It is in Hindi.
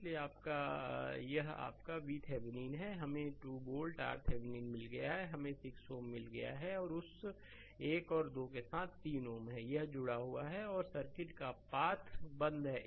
इसलिए आप आपका यह आपका VThevenin है हमें 2 वोल्ट RThevenin मिला है हमें 6 Ω मिला है उस 1 और 2 के साथ 3 Ω है यह जुड़ा हुआ है और सर्किट का पाथ बंद है